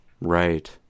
Right